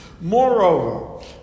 Moreover